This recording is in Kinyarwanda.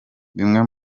bimwe